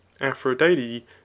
Aphrodite